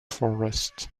forest